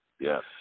yes